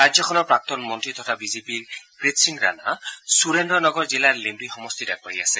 ৰাজ্যখনৰ প্ৰাক্তন মন্ত্ৰী তথা বিজেপিৰ ক্ৰিটসিং ৰাণা সুৰেন্দ্ৰ নগৰ জিলাৰ লিষ্ণি সমষ্টিত আগবাঢ়ি আছে